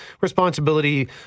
responsibility